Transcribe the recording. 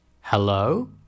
Hello